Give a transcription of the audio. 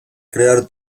crear